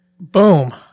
Boom